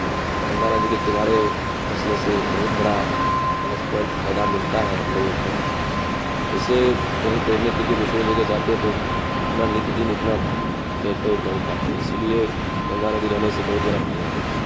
तो गंगा नदी के किनारे बसने से ये बहुत बड़ा प्लस पॉइंट फायदा मिलता है हम लोगों को ऐसे कहीं तैरने के लिए दूसरे जगह जाते हैं तो इतना नित दिन इतना तैर नहीं पाते हैं इसीलिए गंगा नदी रहने से बहुत बड़ा फायदा मिलता है